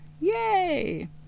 Yay